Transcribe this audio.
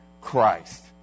Christ